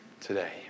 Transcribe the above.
today